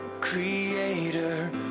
Creator